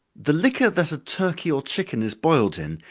the liquor that a turkey or chicken is boiled in,